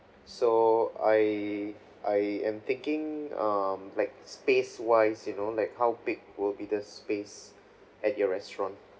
so I I am thinking um like space wise you know like how big will be the space at your restaurant